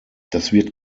wird